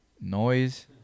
noise